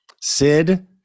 Sid